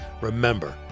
remember